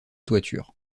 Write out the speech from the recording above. toiture